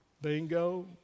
Bingo